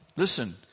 Listen